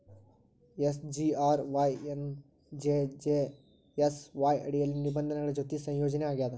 SGRY ಎನ್ನಾ JJSY ಅಡಿಯಲ್ಲಿ ನಿಬಂಧನೆಗಳ ಜೊತಿ ಸಂಯೋಜನಿ ಆಗ್ಯಾದ